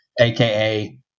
aka